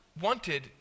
wanted